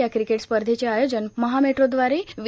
या क्रिकेट स्पर्धेचे आयोजन महा मेट्रो दवारे व्ही